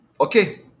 okay